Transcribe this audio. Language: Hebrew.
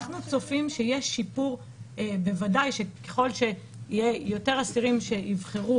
אנו צופים שככל שיהיו שיותר אסירים שיבחרו